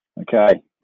Okay